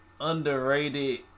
underrated